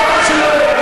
הערת הערה,